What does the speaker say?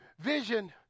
Vision